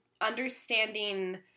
understanding